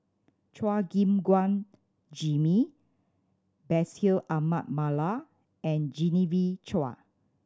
Chua Gim Guan Jimmy Bashir Ahmad Mallal and Genevieve Chua